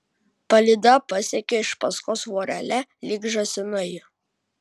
palyda pasekė iš paskos vorele lyg žąsinai